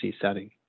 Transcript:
setting